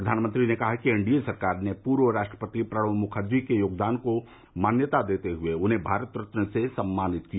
प्रधानमंत्री ने कहा कि एनडीए सरकार ने पूर्व राष्ट्रपति प्रणब मुखर्जी के योगदान को मान्यता देते हुए उन्हें भारत रत्न से सम्मानित किया